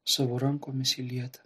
savo rankomis jį lietę